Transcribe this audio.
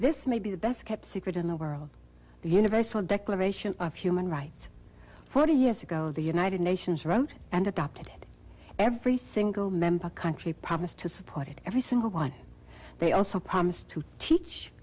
this may be the best kept secret in the world the universal declaration of human rights forty years ago the united nations wrote and adopted every single member country promise to support it every single one they also promised to teach